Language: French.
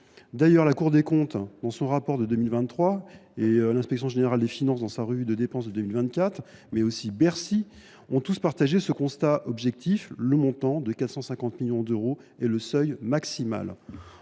D’ailleurs, la Cour des comptes, dans son rapport de 2023, l’inspection générale des finances, dans sa revue de dépenses de 2024, et les services de Bercy eux mêmes ont tous partagé ce constat objectif : le montant de 450 millions d’euros est le seuil maximal.